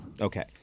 Okay